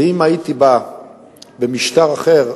ואם הייתי בא במשטר אחר,